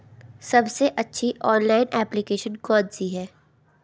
सबसे अच्छी online application कौन सी है?